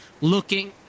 looking